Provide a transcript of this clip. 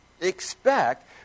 expect